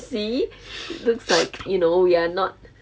see looks like you know we are not